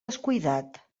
descuidat